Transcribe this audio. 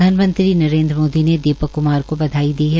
प्रधानमंत्री नरेन्द्र मोदी ने दीपक क्मार को बधाई दी है